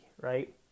right